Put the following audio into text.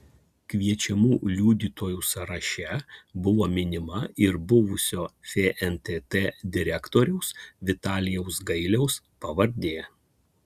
kviečiamų liudytojų sąraše buvo minima ir buvusio fntt direktoriaus vitalijaus gailiaus pavardė